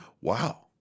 Wow